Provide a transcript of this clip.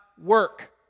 work